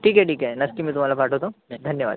ठीक आहे ठीक आहे नक्की मी तुम्हाला पाठवतो धन्यवाद